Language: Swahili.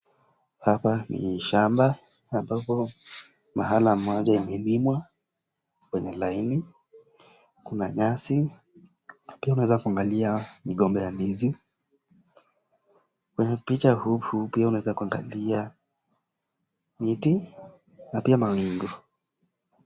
Hapa ni shamba ambapo mahala moja imelimwa kwenye laini, kuna nyasi na pia unaeza kuangalia migomba ya ndizi. Kwenye picha huku pia unaeza kuangalia miti na pia mawingu.